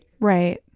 Right